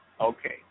Okay